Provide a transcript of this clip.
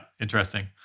Interesting